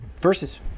versus